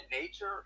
nature